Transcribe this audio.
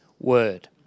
word